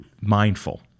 mindful